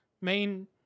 main